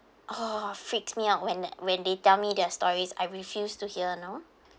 oh freaks me out when when they tell me their stories I refuse to hear you know